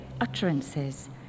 utterances